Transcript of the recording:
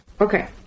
okay